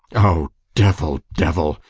o devil, devil!